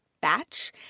batch